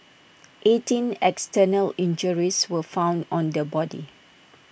eighteen external injuries were found on the body